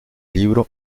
libro